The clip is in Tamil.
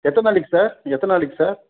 எத்தனை நாளைக்கு சார் எத்தனை நாளைக்கு சார்